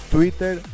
Twitter